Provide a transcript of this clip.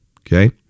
Okay